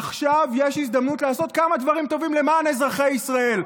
עכשיו יש הזדמנות לעשות כמה דברים טובים למען אזרחי ישראל.